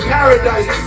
Paradise